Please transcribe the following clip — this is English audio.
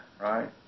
right